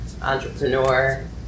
entrepreneur